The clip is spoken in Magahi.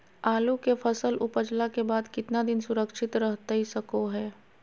आलू के फसल उपजला के बाद कितना दिन सुरक्षित रहतई सको हय?